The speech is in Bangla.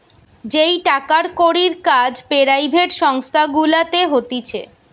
যেই টাকার কড়ির কাজ পেরাইভেট সংস্থা গুলাতে হতিছে